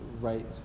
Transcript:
right